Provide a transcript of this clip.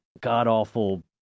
god-awful